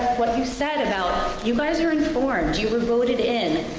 what you said about, you guys are informed, you were voted in,